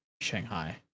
Shanghai